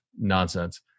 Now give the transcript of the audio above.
Nonsense